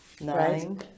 nine